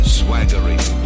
swaggering